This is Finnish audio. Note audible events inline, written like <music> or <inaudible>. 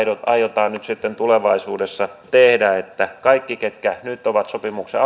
aiotaan nyt sitten tulevaisuudessa tehdä että kaikki ketkä nyt ovat sopimuksen <unintelligible>